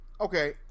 Okay